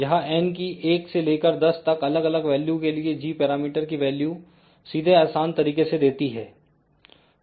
यह n की 1 से लेकर 10 तक अलग अलग वैल्यू के लिए g पैरामीटर की वैल्यू सीधे आसान तरीके से देती है